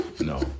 No